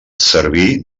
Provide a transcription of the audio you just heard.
serví